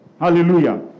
Hallelujah